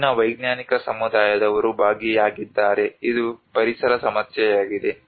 ಹೆಚ್ಚಿನ ವೈಜ್ಞಾನಿಕ ಸಮುದಾಯದವರು ಭಾಗಿಯಾಗಿದ್ದಾರೆ ಇದು ಪರಿಸರ ಸಮಸ್ಯೆಯಾಗಿದೆ